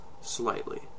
slightly